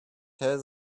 tell